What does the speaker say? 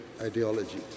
ideology